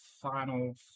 final